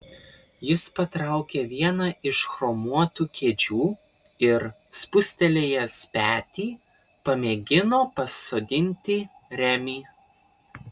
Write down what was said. jis patraukė vieną iš chromuotų kėdžių ir spustelėjęs petį pamėgino pasodinti remį